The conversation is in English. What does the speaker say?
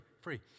free